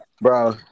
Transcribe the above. Bro